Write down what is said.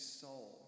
soul